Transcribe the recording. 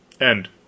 End